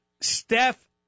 Steph